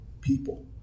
people